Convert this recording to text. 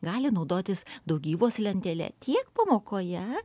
gali naudotis daugybos lentele tiek pamokoje